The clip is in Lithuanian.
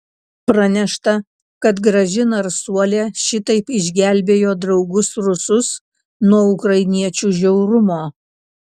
pranešta kad graži narsuolė šitaip išgelbėjo draugus rusus nuo ukrainiečių žiaurumo